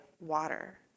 water